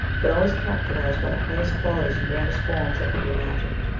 but always characterized by the highest qualities and grandest forms that could be imagined.